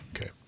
Okay